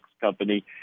company